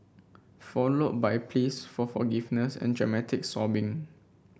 followed by pleas for forgiveness and dramatic sobbing